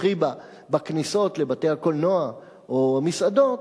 חיב"ה בכניסות לבתי-הקולנוע או מסעדות,